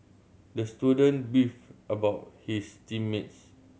the student beefed about his team mates